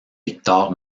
victor